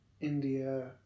India